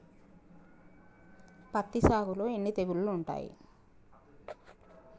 పత్తి సాగులో ఎన్ని తెగుళ్లు ఉంటాయి?